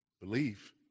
believe